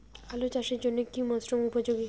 আলু চাষের জন্য কি মরসুম উপযোগী?